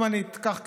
אם אני אקח לדוגמה,